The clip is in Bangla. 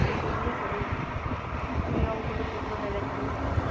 নিজে গিয়ে করুন একটু নিয়ম করে সেগুলো মেনে চলুন